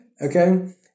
Okay